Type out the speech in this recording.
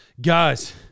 guys –